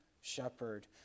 shepherd